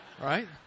right